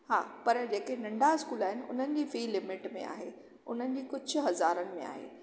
हा पर जेके नंढा स्कूल आहिनि उन्हनि जी फी लिमिट में आहे उन्हनि जी कुझु हज़ारनि में आहे